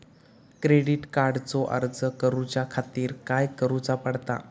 Credit कार्डचो अर्ज करुच्या खातीर काय करूचा पडता?